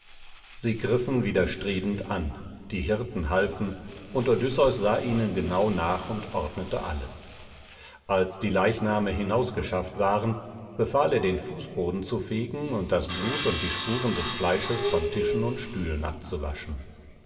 sie griffen widerstrebend an die hirten halfen und odysseus sah ihnen genau nach und ordnete alles als die leichname hinausgeschafft waren befahl er den fußboden zu fegen und das blut und die spuren des fleisches von tischen und stühlen abzuwaschen